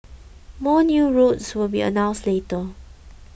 more new routes will be announced later